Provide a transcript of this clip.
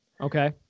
Okay